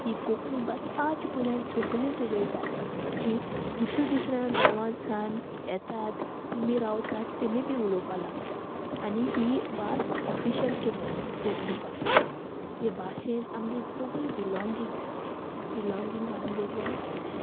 ही कोंकणी भास आज पर्यांत सोगळींच उलोयतात जी दुसरी दुसऱ्या गांवांत सावान येतात तेमी रावतात तेमी बी उलोवपा लागता आनी ही भास ऑफिशल केल्या कोंकणी भास हे भाशेन आमगे सोगलीं बिलाँंगींग्स बिलाँंगींग आमगेले